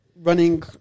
running